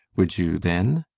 would you then?